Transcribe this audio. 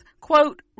quote